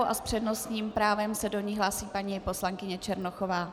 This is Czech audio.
S přednostním právem se do ní hlásí paní poslankyně Černochová.